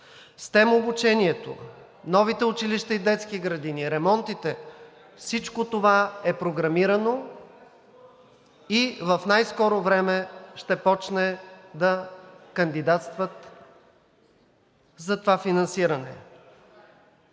СТЕМ обучението, новите училища и детски градини, ремонтите – всичко това е програмирано и в най-скоро време ще започнат да кандидатстват за това финансиране.